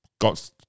got